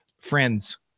friends